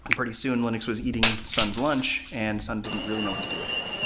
and pretty soon, linux was eating sun's lunch and sun didn't really know what to do with it.